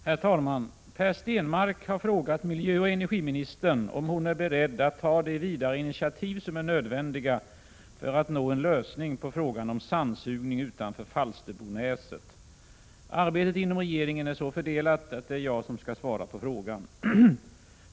Herr talman! Per Stenmarck har frågat miljöoch energiministern om hon är beredd att ta de vidare initiativ som är nödvändiga för att nå en lösning på frågan om sandsugning utanför Falsterbonäset. Arbetet inom regeringen är så fördelat att det är jag som skall svara på frågan.